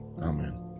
Amen